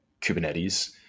Kubernetes